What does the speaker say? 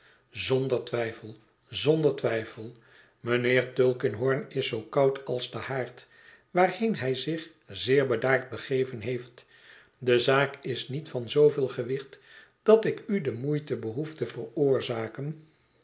zonder twijfel zonder twijfel mijnheer tulkinghorn is zoo koud als de haard waarheen hij zich zeer bedaard begeven heeft de zaak is niet van zooveel gewicht dat ik u de moeite behoef te veroorzaken